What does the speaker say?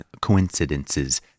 coincidences